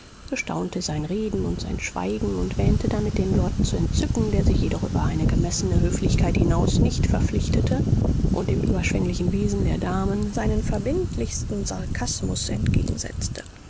bestaunte sein reden und sein schweigen und wähnte damit den lord zu entzücken der sich jedoch über eine gemessene höflichkeit hinaus nicht verpflichtete und dem überschwenglichen wesen der damen seinen verbindlichsten sarkasmus entgegensetzte